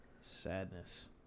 Sadness